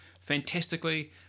fantastically